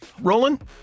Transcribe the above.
Roland